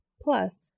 Plus